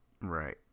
Right